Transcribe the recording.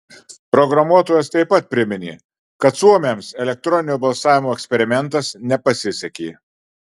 programuotojas taip pat priminė kad suomiams elektroninio balsavimo eksperimentas nepasisekė